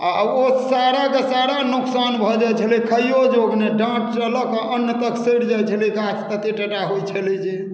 आ ओ साराके सारा नोकसान भऽ जाइत छलै खाइओ योग्य नहि डाँटसँ लऽ कऽ अन्न तक सड़ि जाइत छलै गाछ ततेक टटा होइत छलै जे